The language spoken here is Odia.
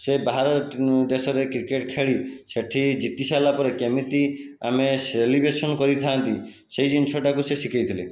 ସେ ବାହାର ଦେଶରେ କ୍ରିକେଟ୍ ଖେଳି ସେଇଠି ଜିତିସାରିଲା ପରେ କେମିତି ଆମେ ସେଲିବ୍ରେସନ୍ କରିଥାନ୍ତି ସେହି ଜିନିଷଟାକୁ ସେ ଶିଖେଇ ଥିଲେ